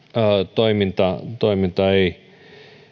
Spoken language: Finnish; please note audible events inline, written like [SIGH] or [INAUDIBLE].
toiminta [UNINTELLIGIBLE] toiminta ei